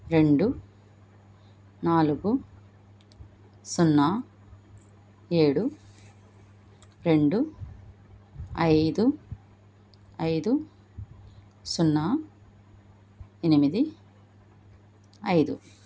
రెండు నాలుగు సున్నా ఏడు రెండు ఐదు ఐదు సున్నా ఎనిమిది ఐదు